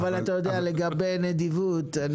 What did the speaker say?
לגבי נדיבות,